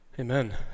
Amen